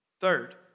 Third